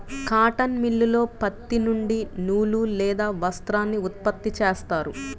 cotton మిల్లులో పత్తి నుండి నూలు లేదా వస్త్రాన్ని ఉత్పత్తి చేస్తారు